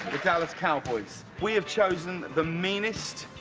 the dallas cowboys. we have chosen the meanest,